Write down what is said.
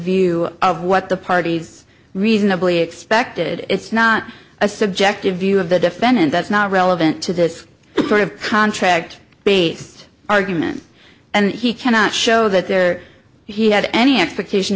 view of what the parties reasonably expected it's not a subjective view of the defendant that's not relevant to this sort of contract based argument and he cannot show that there he had any expectation